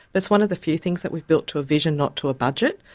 that's one of the few things that we've built to a vision not to a budget.